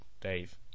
Dave